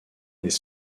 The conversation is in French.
les